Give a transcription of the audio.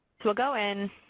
we'll go in,